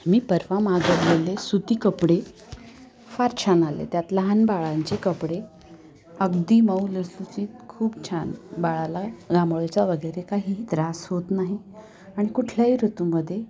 मी परवा मागवलेले सुती कपडे फार छान आले त्यात लहान बाळांचे कपडे अगदी मऊ लुसलुशीत खूप छान बाळाला घामोळेचा वगैरे काहीही त्रास होत नाही आणि कुठल्याही ऋतूमध्ये